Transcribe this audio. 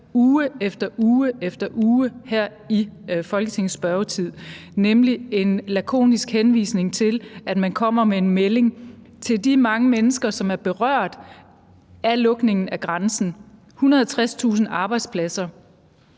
har hørt uge efter uge her i Folketingets spørgetid, nemlig en lakonisk henvisning til, at man kommer med en melding til de mange mennesker, som er berørt af lukningen af grænsen – 160.000 arbejdspladser,